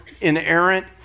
inerrant